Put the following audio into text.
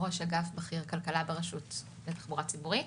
ראש אגף בכיר כלכלה ברשות לתחבורה ציבורית.